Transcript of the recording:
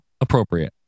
appropriate